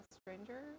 Stranger